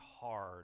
hard